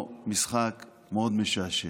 משחק מאוד משעשע.